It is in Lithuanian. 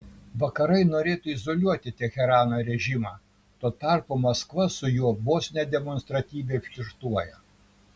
vakarai norėtų izoliuoti teherano režimą tuo tarpu maskva su juo vos ne demonstratyviai flirtuoja